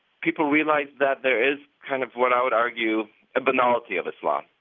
people realize that there is kind of what i would argue a banality of islam,